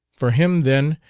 for him, then,